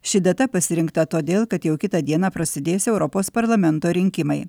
ši data pasirinkta todėl kad jau kitą dieną prasidės europos parlamento rinkimai